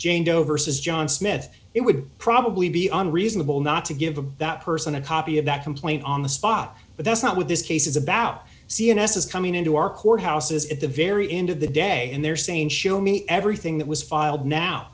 jane doe versus john smith it would probably be unreasonable not to give them that person a copy of that complaint on the spot but that's not what this case is about cns is coming into our courthouses at the very end of the day and they're saying show me everything that was filed now